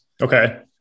Okay